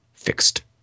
Fixed